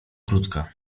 krótka